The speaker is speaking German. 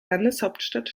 landeshauptstadt